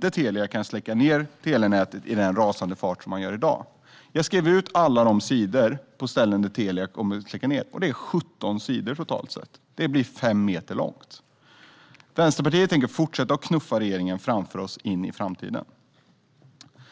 där Telia inte kan släcka ned telenätet i den rasande fart som de gör i dag. Jag skrev ut alla sidor med platser där Telia kommer att släcka ned, och det blev 17 sidor totalt - fem meter långt. Vänsterpartiet tänker fortsätta att knuffa regeringen framför sig in i framtiden.